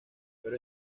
pero